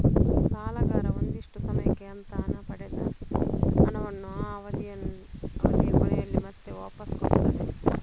ಸಾಲಗಾರ ಒಂದಿಷ್ಟು ಸಮಯಕ್ಕೆ ಅಂತ ಪಡೆದ ಹಣವನ್ನ ಆ ಅವಧಿಯ ಕೊನೆಯಲ್ಲಿ ಮತ್ತೆ ವಾಪಾಸ್ ಕೊಡ್ತಾನೆ